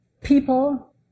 people